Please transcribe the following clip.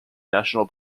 national